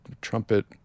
trumpet